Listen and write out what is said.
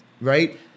Right